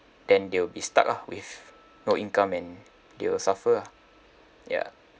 then they'll be stuck ah with no income and they will suffer ah ya